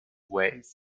ways